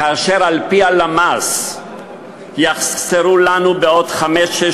כאשר על-פי הלמ"ס יחסרו לנו בעוד חמש-שש